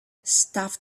stuffed